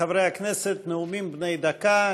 חברי הכנסת, נאומים בני דקה.